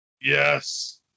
Yes